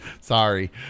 Sorry